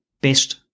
best